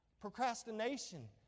Procrastination